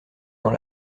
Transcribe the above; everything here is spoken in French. dans